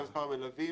גם מספר המלווים,